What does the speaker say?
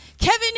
Kevin